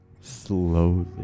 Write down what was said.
Slowly